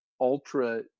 ultra